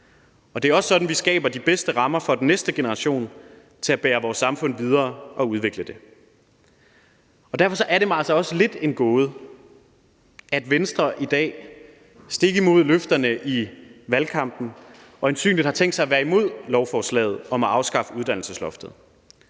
Det er også sådan, vi skaber de bedste rammer for den næste generation til at bære vores samfund videre og udvikle det. Derfor er det mig altså også lidt en gåde, at Venstre i dag stik imod løfterne i valgkampen øjensynligt har tænkt sig at være imod lovforslaget om at afskaffe uddannelsesloftet.